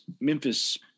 Memphis –